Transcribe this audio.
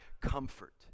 comfort